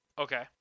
Okay